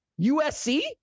USC